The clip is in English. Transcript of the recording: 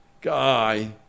guy